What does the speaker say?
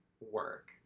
work